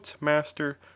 master